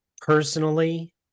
personally